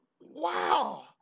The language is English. Wow